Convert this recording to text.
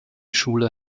schule